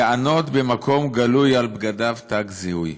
יענוד במקום גלוי על בגדיו תג זיהוי".